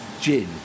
gin